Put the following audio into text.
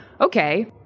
Okay